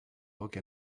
rock